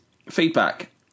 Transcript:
Feedback